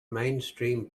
mainstream